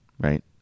right